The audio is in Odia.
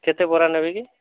କେତେ ବରା ନେବେ କି